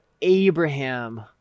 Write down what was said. Abraham